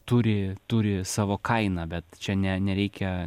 turi turi savo kainą bet čia ne nereikia